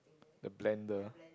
the blender